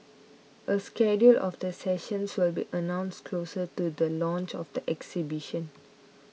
a schedule of the sessions will be announced closer to the launch of the exhibition